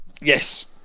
Yes